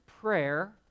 prayer